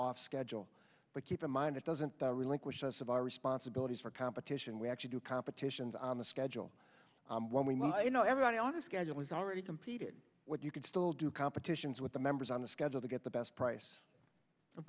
off schedule but keep in mind it doesn't that relinquish us of our responsibilities for competition we actually do competitions on the schedule when we might you know everybody on a schedule has already competed what you could still do competitions with the members on the schedule to get the best price of